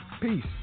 peace